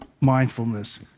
Mindfulness